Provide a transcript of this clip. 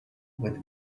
with